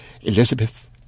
Elizabeth